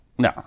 No